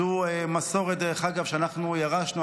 זאת מסורת, דרך אגב, שאנחנו ירשנו.